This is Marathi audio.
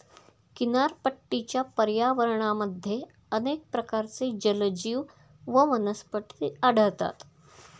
किनारपट्टीच्या पर्यावरणामध्ये अनेक प्रकारचे जलजीव व वनस्पती आढळतात